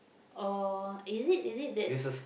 or is it is it that's